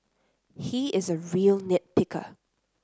he is a real nit picker